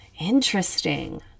interesting